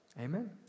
Amen